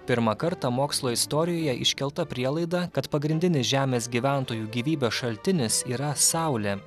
pirmą kartą mokslo istorijoje iškelta prielaida kad pagrindinis žemės gyventojų gyvybės šaltinis yra saulė